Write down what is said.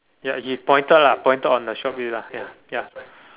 ya he pointed lah pointed on the shelves already lah ya ya